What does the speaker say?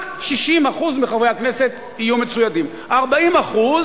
רק 60% מחברי הכנסת יהיו מצוידים, 40%